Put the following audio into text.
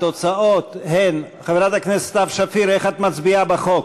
הודעת ועדת העבודה,